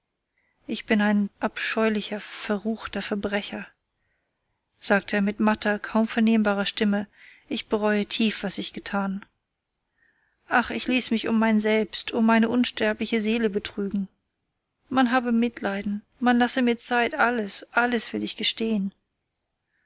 ich bin ein abscheulicher verruchter verbrecher sagt er mit matter kaum vernehmbarer stimme ich bereue tief was ich getan ach ich ließ mich um mein selbst um meine unsterbliche seele betrügen man habe mitleiden man lasse mir zeit alles alles will ich gestehen